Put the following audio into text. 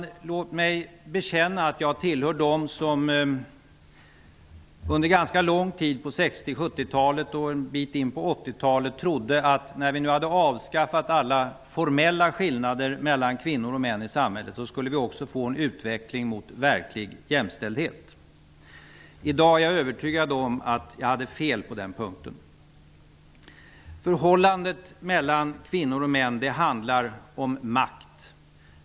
Låt mig bekänna att jag tillhör dem som under en ganska lång tid, från 60-talet och en bit in på 80-talet, trodde att det när alla formella skillnader mellan kvinnor och män i samhället hade avskaffats skulle bli en utveckling mot en verklig jämställdhet. I dag är jag övertygad om att jag hade fel på den punkten. Förhållandet mellan kvinnor och män handlar om makt.